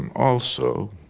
also,